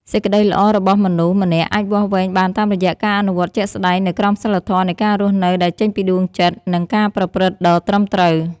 សេចក្តីល្អរបស់មនុស្សម្នាក់អាចវាស់វែងបានតាមរយៈការអនុវត្តជាក់ស្តែងនូវក្រមសីលធម៌នៃការរស់នៅដែលចេញពីដួងចិត្ត និង ការប្រព្រឹត្តដ៏ត្រឹមត្រូវ។